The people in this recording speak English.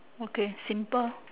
okay simple